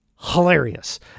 Hilarious